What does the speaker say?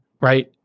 right